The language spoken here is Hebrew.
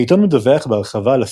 העיתון מדווח בהרחבה על עסקים.